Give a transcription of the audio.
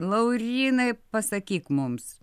laurynai pasakyk mums